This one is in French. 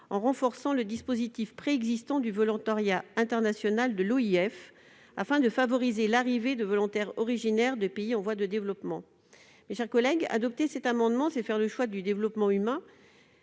en renforçant le dispositif préexistant du volontariat international de l'OIF, afin de favoriser l'arrivée de volontaires originaires de pays en voie de développement. Mes chers collègues, adopter cet amendement, c'est faire le choix du développement humain,